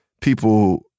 people